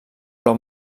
blau